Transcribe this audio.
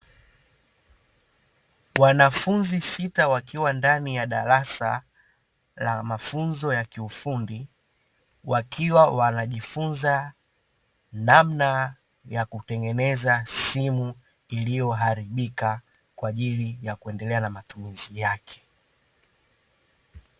Wanafunzi sita wakiwa ndani ya darasa la mafunzo ya kiufundi, wakiwa wanajifunza namna ya kutengeneza simu iliyoharibika, kwa ajili ya kuendelea na matumizi yake.